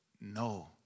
No